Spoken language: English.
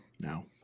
No